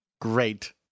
great